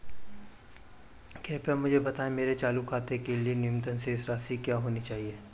कृपया मुझे बताएं मेरे चालू खाते के लिए न्यूनतम शेष राशि क्या होनी चाहिए?